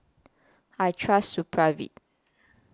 I Trust Supravit